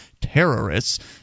terrorists